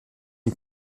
une